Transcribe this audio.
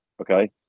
Okay